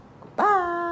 Goodbye